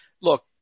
look